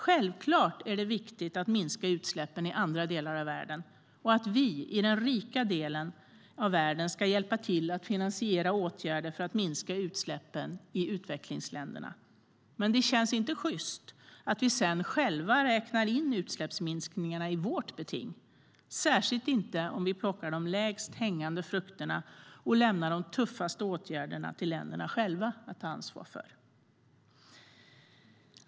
Självklart är det viktigt att minska utsläppen i andra delar av världen och att vi i den rika delen av världen ska hjälpa till att finansiera åtgärder för att minska utsläppen i utvecklingsländerna. Men det känns inte sjyst att vi sedan själva räknar in utsläppsminskningarna i vårt beting, särskilt inte om vi plockar de lägst hängande frukterna och lämnar de tuffaste åtgärderna till länderna själva att ta ansvar för.